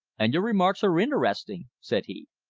and your remarks are interesting, said he.